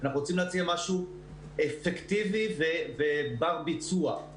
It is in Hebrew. אנחנו רוצים להציע משהו אפקטיבי ובר ביצוע.